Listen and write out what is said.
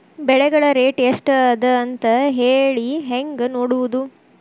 ಬೆಳೆಗಳ ರೇಟ್ ಎಷ್ಟ ಅದ ಅಂತ ಹೇಳಿ ಹೆಂಗ್ ನೋಡುವುದು?